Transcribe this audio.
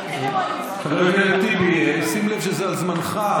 חבר הכנסת טיבי, שים לב שזה על זמנך.